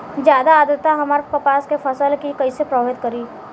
ज्यादा आद्रता हमार कपास के फसल कि कइसे प्रभावित करी?